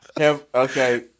Okay